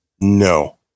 No